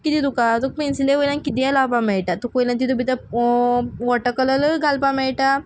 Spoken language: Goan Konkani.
कितें तुका तुक पेंसिले वयल्यान कितेंय लावपा मेयटा तुक वोयल्यान तितूंत भितर पॉ वॉटर कललूय घालपा मेयटा